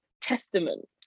testament